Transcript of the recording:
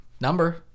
Number